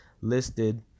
listed